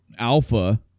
alpha